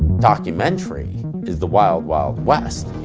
documentary is the wild wild west.